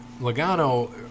Logano